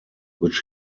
which